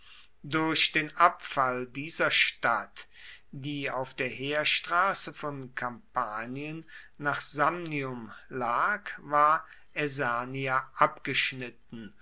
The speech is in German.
durch den abfall dieser stadt die auf der heerstraße von kampanien nach samnium lag war aesernia abgeschnitten